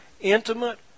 intimate